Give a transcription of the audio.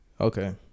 Okay